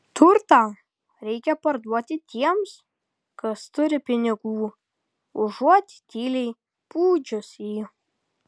turtą reikia parduoti tiems kas turi pinigų užuot tyliai pūdžius jį